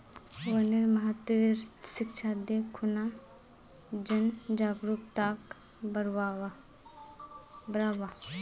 वनेर महत्वेर शिक्षा दे खूना जन जागरूकताक बढ़व्वा